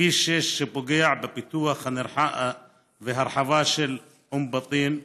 כביש 6, שפוגע בפיתוח וההרחבה של אום בטין,